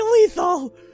lethal